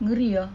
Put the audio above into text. ngeri ah